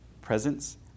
presence